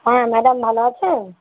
হ্যাঁ ম্যাডাম ভালো আছেন